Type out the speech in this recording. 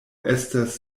estas